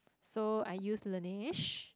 so I use Laneige